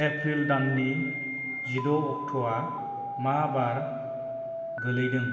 April दाननि जिद' अक्ट'आ मा बार गोलैदों